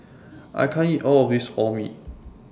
I can't eat All of This Orh Nee